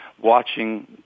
watching